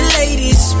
ladies